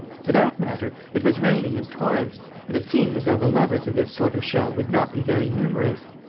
for that matter, it was raining in torrents and it seemed as though the lovers of this sort of show would not be very numerous.